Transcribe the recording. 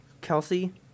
Kelsey